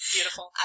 Beautiful